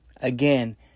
again